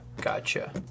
Gotcha